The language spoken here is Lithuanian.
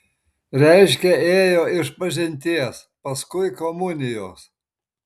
reiškia ėjo išpažinties paskui komunijos